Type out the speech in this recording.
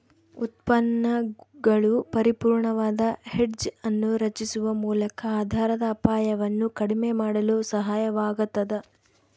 ಉತ್ಪನ್ನಗಳು ಪರಿಪೂರ್ಣವಾದ ಹೆಡ್ಜ್ ಅನ್ನು ರಚಿಸುವ ಮೂಲಕ ಆಧಾರದ ಅಪಾಯವನ್ನು ಕಡಿಮೆ ಮಾಡಲು ಸಹಾಯವಾಗತದ